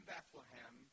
Bethlehem